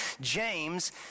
James